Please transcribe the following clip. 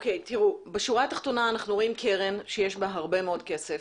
בשורה התחתונה אנחנו רואים קרן שיש בה הרבה מאוד כסף,